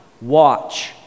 Watch